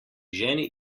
ženi